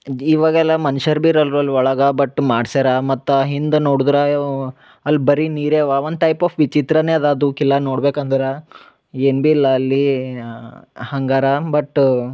ಇವಾಗೆಲ್ಲ ಮನ್ಷರು ಬಿ ಇರಲ್ವಲ್ಲಾ ಒಳಗೆ ಬಟ್ ಮಾಡ್ಸ್ಯಾರ ಮತ್ತು ಹಿಂದ ನೋಡುದ್ರ ಅಲ್ಲಿ ಬರೀ ನೀರೆ ಅವಾ ಒಂದು ಟೈಪ್ ಆಫ್ ವಿಚಿತ್ರನೇ ಅದ ಅದು ಕಿಲ ನೋಡ್ಬೇಕು ಅಂದ್ರೆ ಏನು ಬಿ ಇಲ್ಲ ಅಲ್ಲಿ ಹಂಗಾರ ಬಟ್